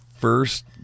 first